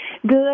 Good